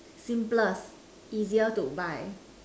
simplest easier to buy